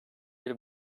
bir